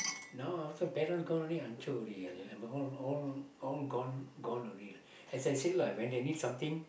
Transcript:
no after parents gone already hancur all all all gone gone already lah as I said lah when they need something